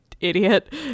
idiot